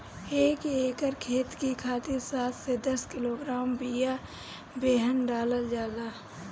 एक एकर खेत के खातिर सात से दस किलोग्राम बिया बेहन डालल जाला?